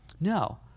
No